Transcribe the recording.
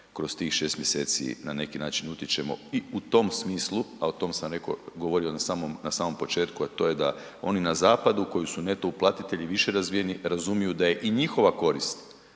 kroz tih 6. mjeseci na neki način utječemo i u tom smislu, a o tom sam rekao, govorio na samom, na samom početku a to je da oni na zapadu koji su neto uplatitelji više razumiju da je i njihova korist